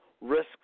Risks